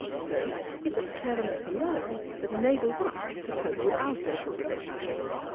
so is it cleverness alone that enables us to cope with our social relationships?